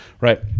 right